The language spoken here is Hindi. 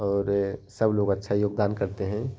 और सब लोग अच्छा योगदान करते हैं